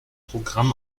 programm